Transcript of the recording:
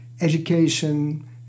education